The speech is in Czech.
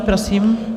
Prosím.